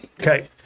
Okay